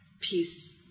peace